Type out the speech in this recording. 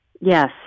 Yes